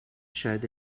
شاید